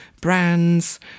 brands